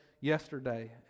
yesterday